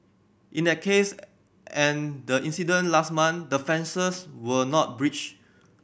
in that case and the incident last month the fences were not breached